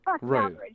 Right